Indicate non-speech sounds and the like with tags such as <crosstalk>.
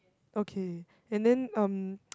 okay and then um <noise>